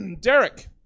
Derek